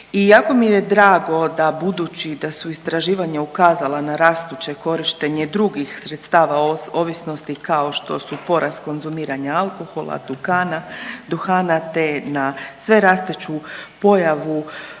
i jako mi je drago da budući da su istraživanja ukazala na rastuće korištenje drugih sredstava ovisnosti kao što su porast konzumiranja alkohola, duhana te na sverastuću pojavu